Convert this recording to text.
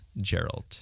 Gerald